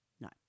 No